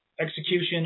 execution